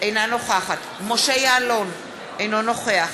אינה נוכחת משה יעלון, אינו נוכח